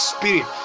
Spirit